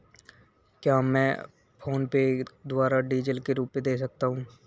क्या मैं फोनपे के द्वारा डीज़ल के रुपए दे सकता हूं?